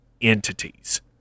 entities